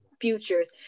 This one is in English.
futures